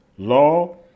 Law